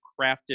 crafted